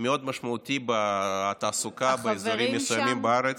מאוד משמעותי בתעסוקה באזורים מסוימים בארץ,